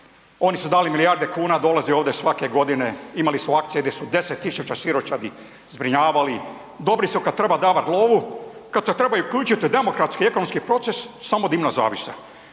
Oni su dali milijarde kuna, dolaze ovdje svake godine, imali su akcije gdje su 10 000 siročadi zbrinjavali, dobri su kad treba davat lovu, kad se trebaju uključit u demokratski, ekonomski proces, samo dimna zavjesa.